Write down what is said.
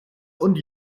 und